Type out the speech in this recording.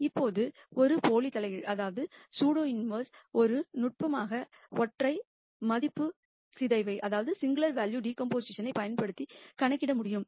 இப்போது ஒரு ஒரு சூடோ இன்வெர்ஸ் ஒரு நுட்பமாக சிங்குலார் வேல்யு டீகம்போசிஷன் பயன்படுத்தி கணக்கிட முடியும்